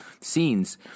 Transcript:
scenes